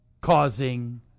causing